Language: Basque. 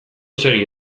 segi